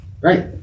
Right